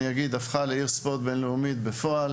אילת הפכה לעיר ספורט בינלאומית בפועל.